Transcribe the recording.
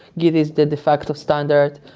git is the de facto standard.